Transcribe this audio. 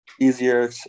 Easier